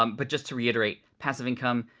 um but just to reiterate, passive income,